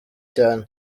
cyane